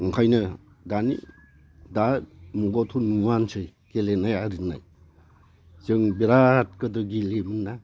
ओंखायनो दानि दा मुगायावथ' नुआनोसै गेलेनाय आरिनाय जों बेराद गोदो गेलेयोमोन ना